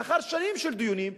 לאחר שנים של דיונים,